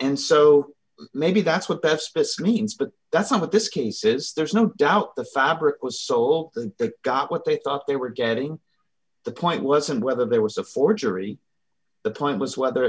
and so maybe that's what pestis means but that's not what this case is there's no doubt the fabric was so all they got what they thought they were getting the point wasn't whether there was a forgery the point was whether